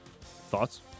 Thoughts